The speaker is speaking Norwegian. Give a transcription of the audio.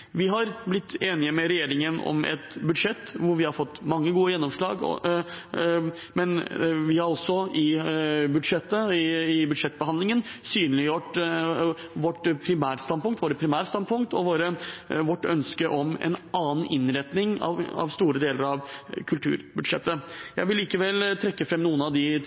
Vi har blitt enige med regjeringen om et budsjett hvor vi har fått mange gode gjennomslag, men vi har også i budsjettbehandlingen synliggjort våre primærstandpunkt og vårt ønske om en annen innretning av store deler av kulturbudsjettet. Jeg vil likevel trekke fram noen av de